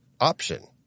option